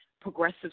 progressive